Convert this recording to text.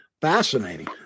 Fascinating